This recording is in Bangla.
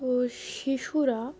ও শিশুরা